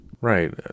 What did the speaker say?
right